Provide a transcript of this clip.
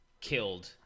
killed